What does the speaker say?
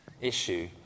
issue